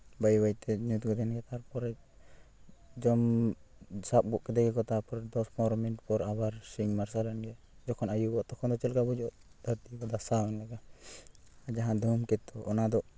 ᱵᱟᱹᱭ ᱵᱟᱹᱭᱛᱮ ᱧᱩᱛ ᱜᱚᱫ ᱮᱱᱜᱮ ᱛᱟᱨᱯᱚᱨᱮ ᱡᱚᱢ ᱥᱟᱵ ᱥᱟᱵ ᱜᱚᱫ ᱠᱮᱫᱮᱭᱟᱠᱚ ᱛᱟᱨ ᱯᱚᱨᱮ ᱫᱚᱥ ᱯᱚᱱᱨᱚ ᱢᱤᱱᱤᱴ ᱯᱚᱨ ᱟᱵᱟᱨ ᱥᱮᱭ ᱢᱟᱨᱥᱟᱞᱮᱱᱜᱮ ᱡᱚᱠᱷᱚᱱ ᱟᱹᱭᱩᱵᱚᱜᱼᱟ ᱛᱚᱠᱷᱚᱱ ᱪᱮᱫ ᱞᱮᱠᱟ ᱵᱩᱡᱩᱜᱼᱟ ᱫᱷᱟᱹᱨᱛᱤ ᱠᱚ ᱫᱷᱟᱥᱟᱣᱮᱱ ᱞᱮᱠᱟ ᱡᱟᱦᱟᱸ ᱫᱷᱩᱢᱠᱮᱛᱩ ᱚᱱᱟᱫᱚ